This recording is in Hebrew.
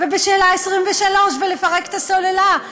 ובשאלה 23: ולפרק את הסוללה?